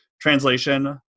translation